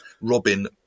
robin